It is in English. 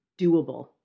doable